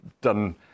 done